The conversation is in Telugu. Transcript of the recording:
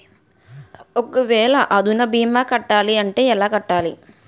ఒక వేల అందునా భీమా కట్టాలి అంటే ఎలా కట్టాలి?